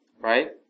Right